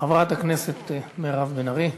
חברת הכנסת בן ארי,